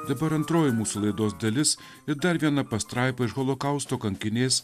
dabar antroji mūsų laidos dalis ir dar viena pastraipa iš holokausto kankinės